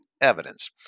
evidence